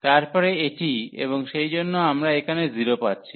তারপরে এটি এবং সেইজন্য আমরা এখানে 0 পাচ্ছি